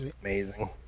amazing